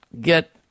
get